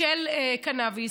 של קנאביס,